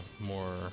more